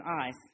Eyes